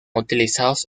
utilizados